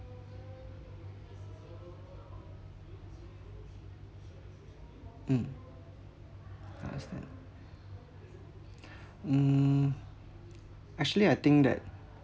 mm I understand mm actually I think that